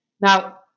Now